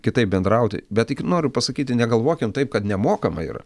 kitaip bendrauti bet tik noriu pasakyti negalvokim taip kad nemokamai yra